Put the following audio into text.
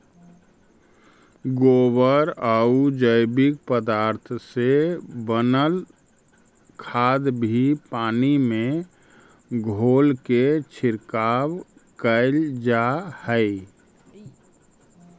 गोबरआउ जैविक पदार्थ से बनल खाद भी पानी में घोलके छिड़काव कैल जा हई